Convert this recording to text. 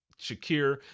Shakir